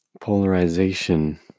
polarization